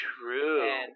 true